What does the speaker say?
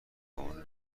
اون